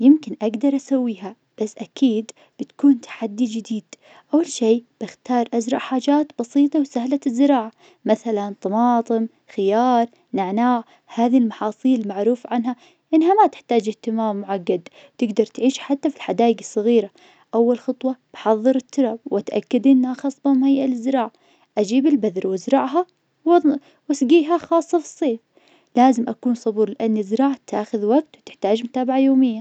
يمكن أقدر أسويها, بس أكيد بتكون تحدي جديد, أول شي بختار أزرع حاجات بسيطة وسهلة الزراعة, مثلا, طماطم, خيار, نعناع, هذي المحاصيل معروف عنها إنها ما تحتاج اهتمام معقد, تقدر تعيش حتى في الحدايق الصغيرة, أول خطوة, بحضر التراب, واتأكد إنها خاصبة مهيئة للزراعة, أجيب البذر, وازرعها وظن- واسقيها خاصة فالصيف, لازم أكون صبور, لان الزراعة تاخذ وقت, وتحتاج متابعة يومية.